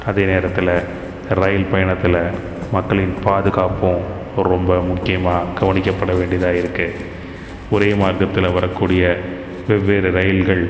அதே நேரத்தில் ரயில் பயணத்தில் மக்களின் பாதுகாப்பும் ரொம்ப முக்கியமாக கவனிக்கப்பட வேண்டியதாக இருக்குது ஒரே மார்கத்தில் வரக் கூடிய வெவ்வேறு ரயில்கள்